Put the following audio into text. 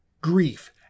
grief